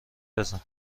بزن